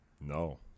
No